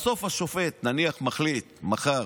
תקשיב, הרי בסוף השופט מחליט, נניח מחר,